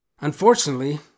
Unfortunately